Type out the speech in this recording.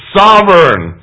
sovereign